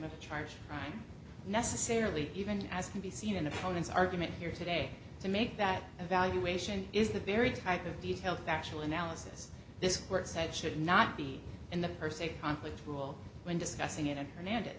a charge crime necessarily even as can be seen an opponent's argument here today to make that evaluation is the very type of detail factual analysis this court said should not be in the per se conflict rule when discussing it hernande